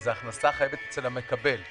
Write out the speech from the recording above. וזו ההכנסה החייבת של המקבל.